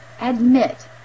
admit